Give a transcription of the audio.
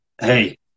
Hey